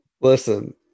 Listen